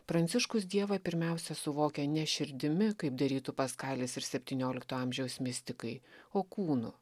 pranciškus dievą pirmiausia suvokia ne širdimi kaip darytų paskalis ir septyniolikto amžiaus mistikai o kūnu